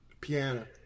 piano